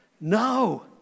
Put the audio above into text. No